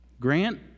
Grant